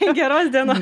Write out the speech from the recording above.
geros dieno